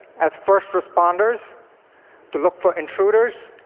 as first responders to look for intruders,